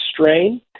strain